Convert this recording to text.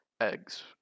Eggs